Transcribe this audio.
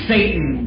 Satan